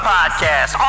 Podcast